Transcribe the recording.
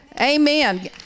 amen